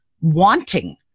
wanting